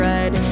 Red